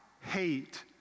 hate